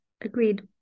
agreed